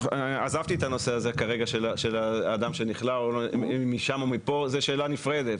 עזבתי כרגע את הנושא של אדם אם הוא שם או כאן שזאת שאלה נפרדת.